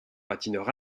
patineur